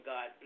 God